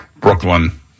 Brooklyn